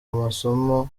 amasomo